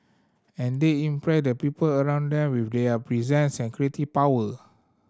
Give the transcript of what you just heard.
and they impress the people around them with their presence and creative power